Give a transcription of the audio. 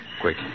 Quick